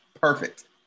perfect